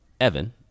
Evan